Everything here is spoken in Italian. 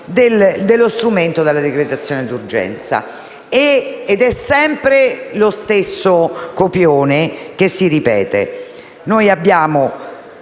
dello strumento della decretazione d'urgenza, ed è sempre lo stesso copione che si ripete.